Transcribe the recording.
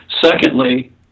Secondly